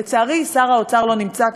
לצערי, שר האוצר לא נמצא כאן,